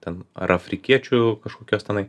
ten ar afrikiečių kažkokios tenai